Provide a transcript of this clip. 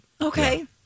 Okay